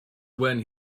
when